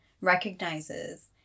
recognizes